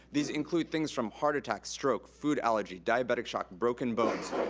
these include things from heart attacks, stroke, food allergy, diabetic shock, broken bones.